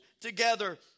together